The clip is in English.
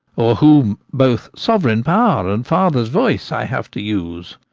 o'er whom both sovereign power and father's voice i have to use.